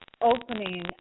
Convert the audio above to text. opening